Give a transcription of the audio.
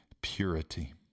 purity